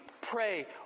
pray